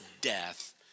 death